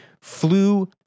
flew